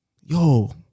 Yo